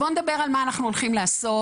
בואו נדבר על מה אנחנו הולכים לעשות.